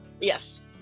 yes